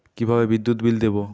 কিভাবে বিদ্যুৎ বিল দেবো?